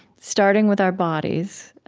starting with our bodies,